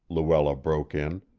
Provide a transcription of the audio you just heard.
luella broke in,